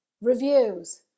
reviews